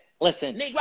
Listen